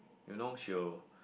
you know she'll